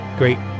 great